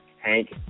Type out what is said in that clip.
Hank